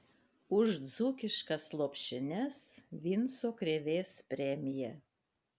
už dzūkiškas lopšines vinco krėvės premija